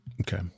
Okay